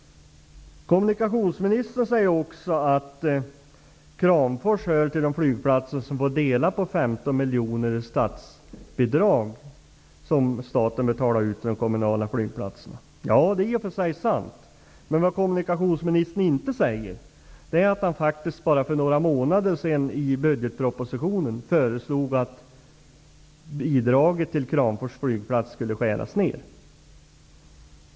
Kommunikationsministern säger också att Kramfors hör till de flygplatser som får vara med och dela på de 15 miljoner i statsbidrag som staten betalar till de kommunala flygplatserna. Det är i och för sig sant. Men vad kommunikationsministern inte säger är att han för bara några månader sedan i budgetpropositionen föreslog att bidraget till Kramfors flygplats skulle skäras ned.